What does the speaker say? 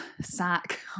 sack